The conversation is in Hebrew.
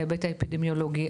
ההיבט האפידמיולוגי,